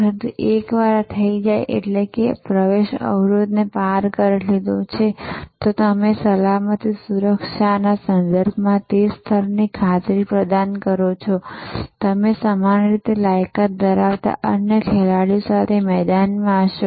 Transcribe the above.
પરંતુ એકવાર આ થઈ જાય એટલે કે આ પ્રવેશ અવરોધને પાર કરી લીધો છે તમે સલામતી સુરક્ષાના સંદર્ભમાં તે સ્તરની ખાતરી પ્રદાન કરી છે તમે સમાન રીતે લાયકાત ધરાવતા અન્ય ખેલાડીઓ સાથે મેદાનમાં હશો